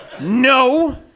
No